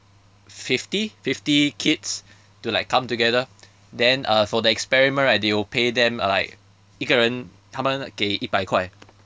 fifty fifty kids to like come together then uh for the experiment right they will pay them uh like 一个人他们给一百块